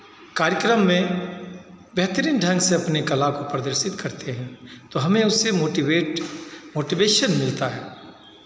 कार्यक्रम में बेहतरीन ढंग से अपने कला को प्रदर्शित करते हैं तो हमें उससे मोटिवेट मोटिवेशन मिलता है